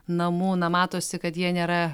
namų na matosi kad jie nėra